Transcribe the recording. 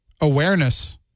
awareness